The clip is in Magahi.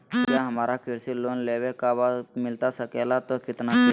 क्या हमारा कृषि लोन लेवे का बा मिलता सके ला तो कितना के?